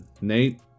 Nate